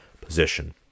position